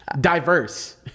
diverse